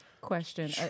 Question